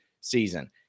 season